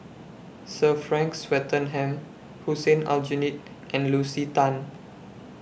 Sir Frank Swettenham Hussein Aljunied and Lucy Tan